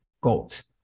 goals